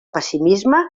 pessimisme